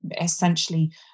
essentially